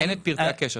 אין את פרטי הקשר.